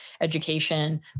education